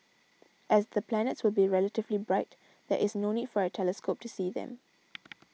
as the planets will be relatively bright there is no need for a telescope to see them